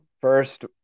first